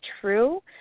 true